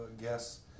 guess